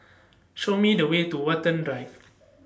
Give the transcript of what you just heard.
Show Me The Way to Watten Drive